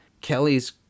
Kelly's